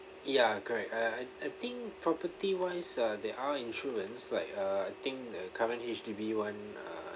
ya correct uh I I I think property wise ah there are insurance like uh think the current H_D_B [one] uh